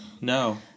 No